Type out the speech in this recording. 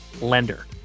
lender